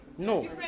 No